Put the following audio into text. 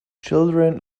children